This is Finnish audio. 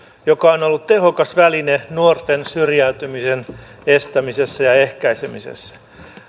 joka on ollut tehokas väline nuorten syrjäytymisen estämisessä ja ehkäisemisessä